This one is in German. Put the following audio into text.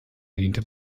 bediente